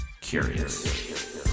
curious